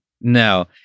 No